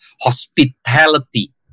hospitality